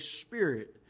spirit